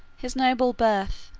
his noble birth,